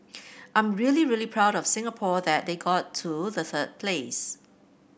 I'm really really proud of Singapore that they got to the third place